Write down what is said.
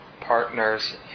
partners